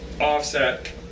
offset